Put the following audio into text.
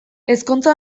ezkontza